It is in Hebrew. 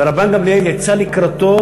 ורבן גמליאל יצא לקראתו,